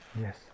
Yes